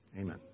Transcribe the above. amen